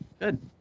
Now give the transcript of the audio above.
Good